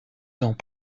dans